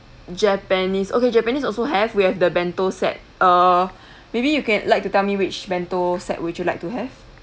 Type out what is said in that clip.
japanese okay japanese also have we have the bento set uh maybe you can like to tell me which bento set would you like to have